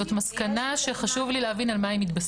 זו מסקנה שחשוב לי להבין על מה היא מתבססת.